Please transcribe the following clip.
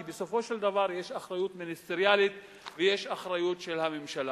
כי בסופו של דבר יש אחריות מיניסטריאלית ויש אחריות של הממשלה.